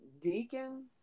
Deacon